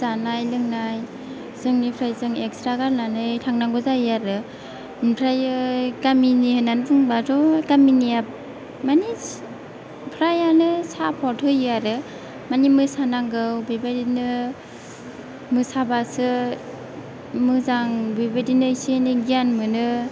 जानाय लोंनाय जोंनिफ्राय जों इक्सट्रा गारनानै थांनांगौ जायो आरो आमफ्रायाे गामिनि होन्नानै बुंबाथ' गामिनिया माने फ्रायानो सापर्ट होयो आरो माने मोसानांगौ बेबादिनो मोसाबासो मोजां बेबादिनो एसे एनै गियान मोनो